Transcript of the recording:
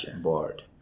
board